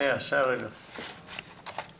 וטרינרים שזה סדר גודל של 250 או קצת פחות מזה.